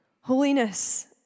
Holiness